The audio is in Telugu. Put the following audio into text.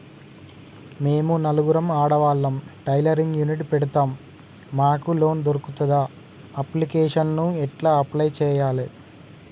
మేము నలుగురం ఆడవాళ్ళం టైలరింగ్ యూనిట్ పెడతం మాకు లోన్ దొర్కుతదా? అప్లికేషన్లను ఎట్ల అప్లయ్ చేయాలే?